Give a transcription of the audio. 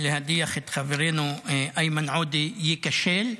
להדיח את חברנו איימן עודה, ייכשל.